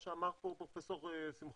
לראות, מה שאמר פה פרופ' שמחון,